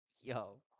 yo